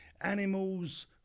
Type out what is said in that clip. Animals